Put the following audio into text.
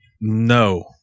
No